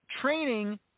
Training